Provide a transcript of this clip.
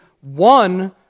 one